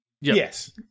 yes